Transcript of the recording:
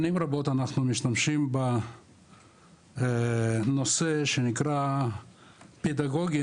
שנים רבות אנחנו משתמשים בנושא שנקרא 'פדגוגיה',